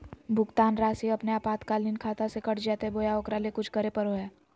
भुक्तान रासि अपने आपातकालीन खाता से कट जैतैय बोया ओकरा ले कुछ करे परो है?